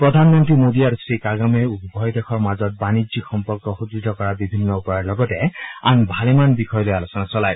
প্ৰধানমন্ত্ৰী মোদী আৰু শ্ৰীকাগামে' উভয় দেশৰ মাজত বাণিজ্যিক সম্পৰ্ক সুদ্ঢ় কৰাৰ বিভিন্ন উপায়ৰ লগতে আন ভালেমান বিষয় লৈ আলোচনা চলায়